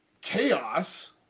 chaos